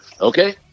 Okay